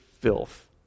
filth